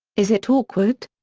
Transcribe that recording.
is it awkward?